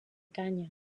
canya